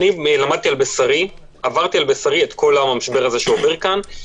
עברתי על בשרי את כל המשבר הזה שעובר כאן.